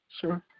Sure